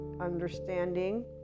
understanding